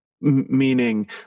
meaning